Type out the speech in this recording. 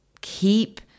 keep